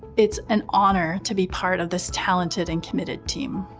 it's an honor to be part of this talented and committed team.